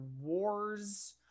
wars